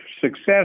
success